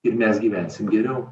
ir mes gyvensim geriau